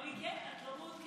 אמרו לי: כן,